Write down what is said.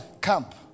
camp